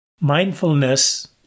Mindfulness